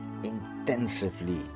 intensively